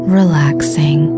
relaxing